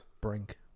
brink